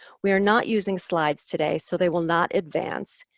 we are not using slides today, so they will not advance.